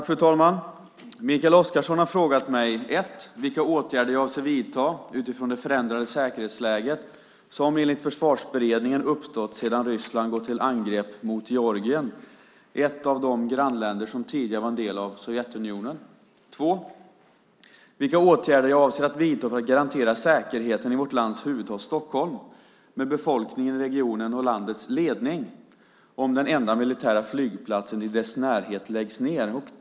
Fru talman! Mikael Oscarsson har frågat mig: 1. Vilka åtgärder avser försvarsministern att vidta utifrån det förändrade säkerhetsläget, som enligt Försvarsberedningen uppstått sedan Ryssland gått till angrepp mot Georgien, ett av de grannländer som tidigare var en del av Sovjetunionen? 2. Vilka åtgärder avser försvarsministern att vidta för att garantera säkerheten i vårt lands huvudstad Stockholm, med befolkningen i regionen och landets ledning, om den enda militära flygplatsen i dess närhet läggs ned?